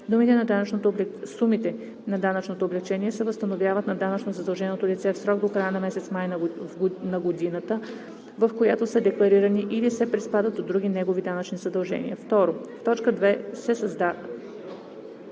Сумите на данъчното облекчение се възстановяват на данъчно задълженото лице в срок до края на месец май на годината, в която са декларирани или се приспадат от други негови данъчни задължения.“